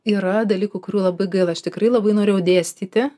yra dalykų kurių labai gaila aš tikrai labai norėjau dėstyti